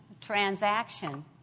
transaction